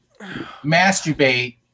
masturbate